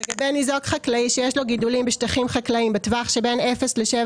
לגבי ניזוק חקלאי שיש לו גידולים בשטחים חקלאיים בטווח שבין 0 ל-7